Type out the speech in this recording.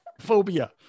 Phobia